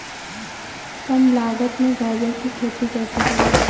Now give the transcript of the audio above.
कम लागत में गाजर की खेती कैसे करूँ?